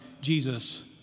Jesus